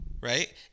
right